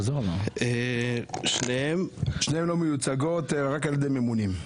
--- שתיהן לא מיוצגות, רק על ידי ממונים.